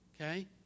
okay